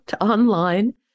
online